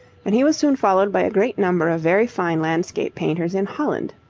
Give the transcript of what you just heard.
and he was soon followed by a great number of very fine landscape painters in holland.